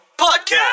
podcast